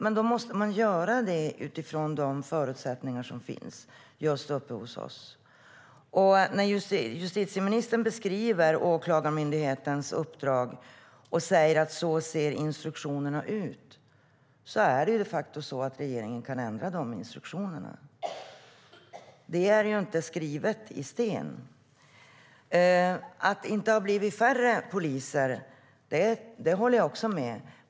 Men man måste göra det utifrån de förutsättningar som finns uppe hos oss. Justitieministern beskriver Åklagarmyndighetens uppdrag och talar om hur instruktionerna ser ut. Men regeringen kan de facto ändra de instruktionerna. De är inte skrivna i sten. Att det inte har blivit färre poliser håller jag också med om.